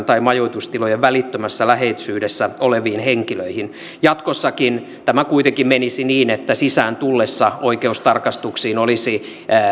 tai majoitustilojen välittömässä läheisyydessä oleviin henkilöihin jatkossakin tämä kuitenkin menisi niin että sisään tullessa oikeus tarkastuksiin olisi